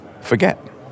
forget